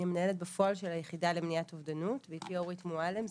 אני במנהלת בפועל של ביחידה למניעת אובדנות ואיתי אורית מועלם,